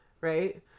right